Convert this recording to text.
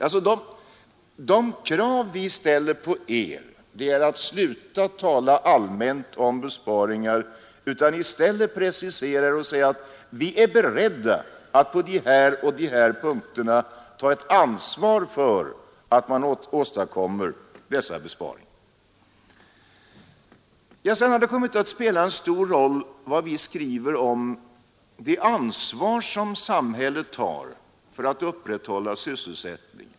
De krav vi ställer på er är alltså att ni slutar tala allmänt om besparingar och i stället preciserar er och säger att ni är beredda att på de och de punkterna ta ett ansvar för att besparingar blir gjorda. Sedan har det också kommit att i debatten spela en stor roll vad vi skrivit om det ansvar som samhället har för att upprätthålla sysselsättningen.